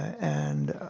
and